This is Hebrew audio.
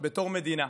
בתור מדינה.